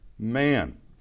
Man